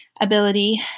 ability